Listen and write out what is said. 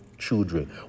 children